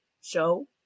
show